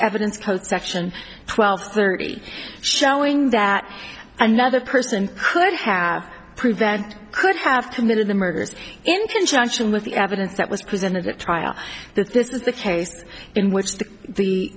evidence code section twelve thirty showing that another person could have proved that could have committed the murders in conjunction with the evidence that was presented at trial that this is the case in which the